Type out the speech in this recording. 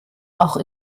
auch